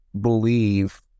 believe